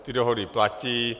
Ty dohody platí.